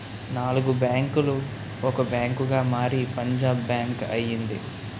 నాలుగు బ్యాంకులు ఒక బ్యాంకుగా మారి పంజాబ్ బ్యాంక్ అయింది